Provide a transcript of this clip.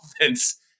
offense